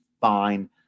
fine